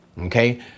Okay